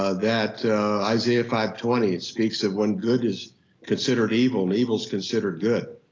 ah that isaiah five twenty speaks of when good is considered evil and evil is considered good.